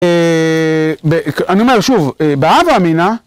אה, אני אומר שוב, באה ואמינה